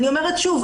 אני אומרת שוב.